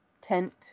tent